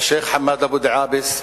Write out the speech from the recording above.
השיח' חמאד אבו דעאבס,